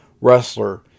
wrestler